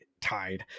tied